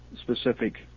specific